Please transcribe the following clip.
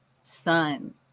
son